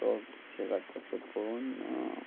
तो कशें काडटा तें पळोवन